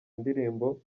indirimbo